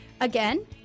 Again